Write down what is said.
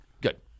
Good